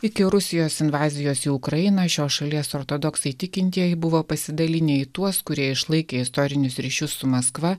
iki rusijos invazijos į ukrainą šios šalies ortodoksai tikintieji buvo pasidalinę į tuos kurie išlaikė istorinius ryšius su maskva